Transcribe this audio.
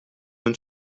non